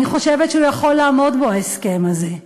אני חושבת שהוא יכול לעמוד בהן, ההסכם הזה.